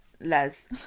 Les